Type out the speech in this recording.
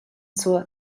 zur